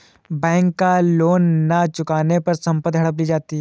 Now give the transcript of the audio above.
bank का loan न चुकाने पर संपत्ति हड़प ली जाती है